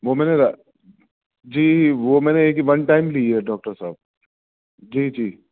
وہ میں نے جی وہ میں نے ایک ون ٹائم لی ہے ڈاکٹر صاحب جی جی